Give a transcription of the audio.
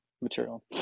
material